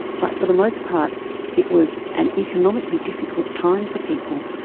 but for the most part it was an economically difficult time for people,